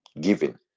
Giving